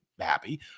happy